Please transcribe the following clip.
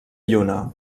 lluna